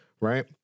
right